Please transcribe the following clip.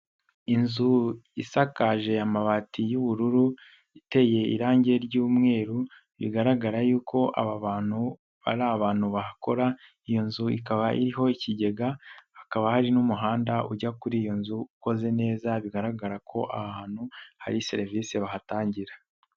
Inzu isakaje amabati y'ubururu iteye irangi ry'umweru, bigaragara yuko aba bantu ari abantu bahakora, iyo nzu ikaba iriho ikigega hakaba hari n'umuhanda ujya kuri iyo nzu ukoze neza bigaragara ko ahantu hari serivisi bahatangira.